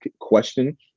question